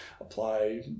apply